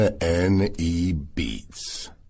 N-E-Beats